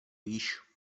již